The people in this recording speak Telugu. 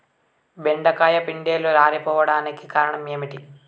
బెండకాయ పిందెలు రాలిపోవడానికి కారణం ఏంటి?